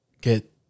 Get